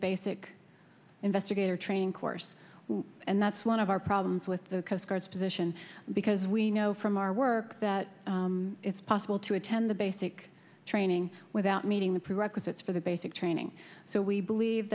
basic investigator training course and that's one of our problems with the coast guard's position because we know from our work that it's possible to attend the basic training without meeting the prerequisites for the basic training so we believe